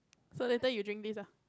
so later you drink this lah